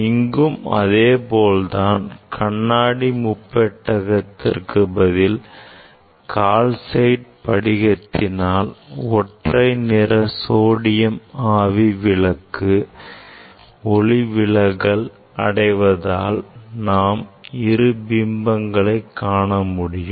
இங்கும் அதே போல்தான் கண்ணாடி முப்பெட்டடத்திற்கு பதில் கால்சைட் படிகத்தினால் ஒற்றை நிற சோடியம் ஆவி விளக்குஒளி ஒளிவிலகல் அடைவதால் நாம் இரு பிம்பங்களை காண முடியும்